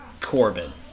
Corbin